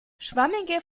schwammige